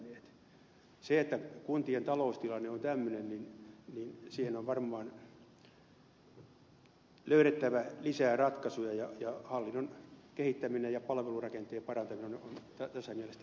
siihen että kuntien taloustilanne on tämmöinen on varmaan löydettävä lisää ratkaisuja ja hallinnon kehittäminen ja palvelurakenteen parantaminen on tässä mielessä tärkeä sektori